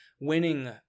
winning